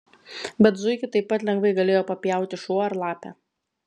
bet zuikį taip pat lengvai galėjo papjauti šuo ar lapė